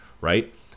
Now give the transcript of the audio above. right